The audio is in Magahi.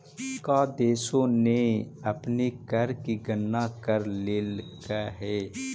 का देशों ने अपने कर की गणना कर लेलकइ हे